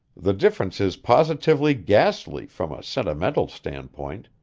the difference is positively ghastly from a sentimental standpoint,